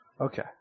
Okay